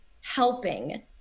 helping